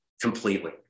completely